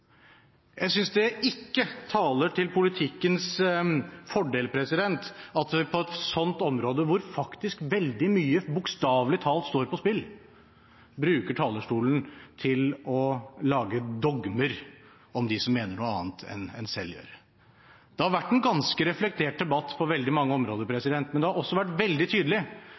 Jeg synes ikke det taler til politikkens fordel at man på et sånt område hvor faktisk veldig mye bokstavelig talt står på spill, bruker talerstolen til å lage dogmer om dem som mener noe annet enn det en selv gjør. Det har vært en ganske reflektert debatt på veldig mange områder, men det har også vært veldig tydelig